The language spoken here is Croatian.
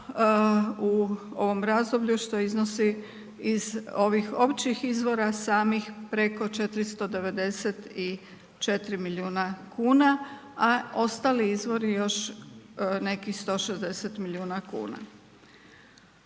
u ovom razdoblju što iznosi iz ovih općih izvora samih preko 494 milijuna kuna a ostali izvori još nekih 160 milijuna kuna.